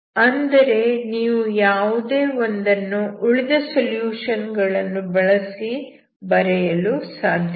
ಅಂದರೆ ನೀವು ಯಾವುದೇ ಒಂದನ್ನು ಉಳಿದ ಸೊಲ್ಯೂಷನ್ ಗಳನ್ನು ಬಳಸಿ ಬರೆಯಲು ಸಾಧ್ಯವಿಲ್ಲ